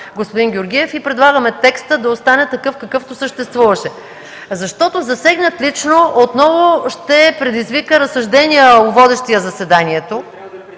господин Георгиев и предлагаме текстът да остане такъв, какъвто съществуваше. Защото „засегнат лично” отново ще предизвика разсъждение у водещия заседанието